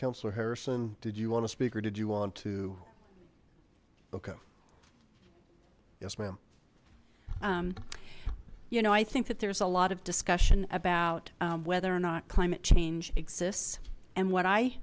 councillor harrison did you want to speak or did you want to okay yes ma'am you know i think that there's a lot of discussion about whether or not climate change exists and what i